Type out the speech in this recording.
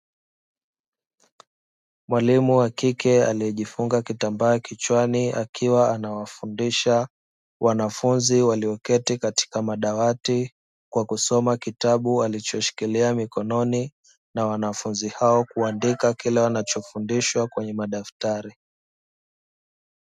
Mwalimu wa kike aliyejifunga kitambaa kichwani akiwa anawafundisha wanafunzi walioketi katika madawati kwa kusoma kitabu alichoshikilia mikononi na wanafunzi hao kuandika kile wanachofundishwa kwenye madaftari.